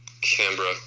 Canberra